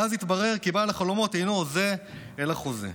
ואז התברר כי בעל החלומות אינו הוזה, אלא חוזה.